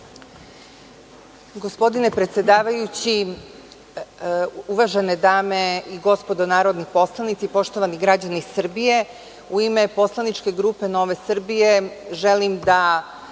Gospodine predsedavajući, uvažene dame i gospodo narodni poslanici, poštovani građani Srbije, u ime poslaničke grupe Nove Srbije želim da